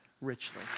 richly